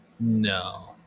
No